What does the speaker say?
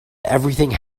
everything